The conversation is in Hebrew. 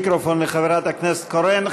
מיקרופון לחברת הכנסת קורן.